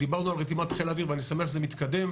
דיברנו על רתימת חיל האוויר ואני שמח שזה מתקדם.